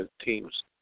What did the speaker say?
teams